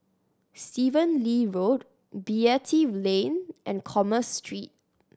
Stephen Lee Road Beatty Lane and Commerce Street